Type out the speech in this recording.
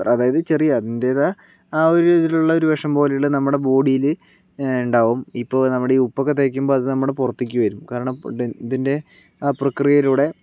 അതായത് ചെറിയ അതിൻ്റെ ആ ഒരു രീതിയിലുള്ള ഒരു വിഷം പോലെയുള്ള നമ്മുടെ ബോഡിയിൽ ഉണ്ടാവും ഇപ്പോൾ നമ്മുടെ ഈ ഉപ്പ് ഒക്കെ തേക്കുമ്പോൾ അത് നമ്മുടെ പുറത്തേക്ക് വരും കാരണം ഇതിൻ്റെ ആ പ്രക്രിയയിലൂടെ